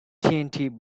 tnt